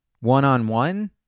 one-on-one